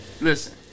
listen